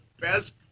best